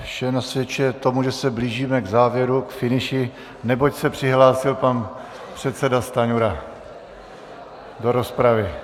Vše nasvědčuje tomu, že se blížíme k závěru, k finiši, neboť se přihlásil pan předseda Stanjura do rozpravy.